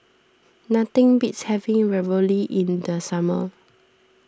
nothing beats having Ravioli in the summer